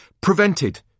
prevented